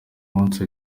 munsi